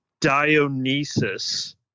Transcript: Dionysus